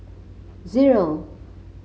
zero